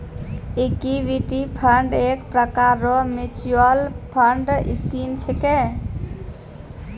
equity fund एक प्रकार रो मिच्युअल फंड स्कीम छिकै